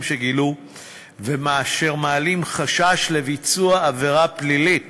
שגילו אשר מעלים חשש לביצוע עבירה פלילית